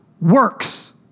works